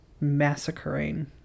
massacring